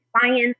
science